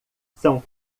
são